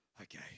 Okay